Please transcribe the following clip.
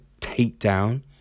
takedown